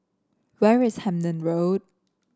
where is Hemmant Road